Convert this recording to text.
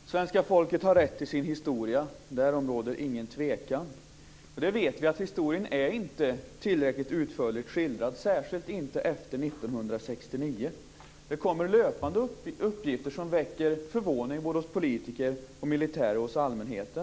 Herr talman! Svenska folket har rätt till sin historia - därom råder ingen tvekan. Vi vet att historien inte är tillräckligt utförligt skildrad, särskilt inte efter 1969. Det kommer löpande uppgifter som väcker förvåning både hos politiker, militärer och allmänhet.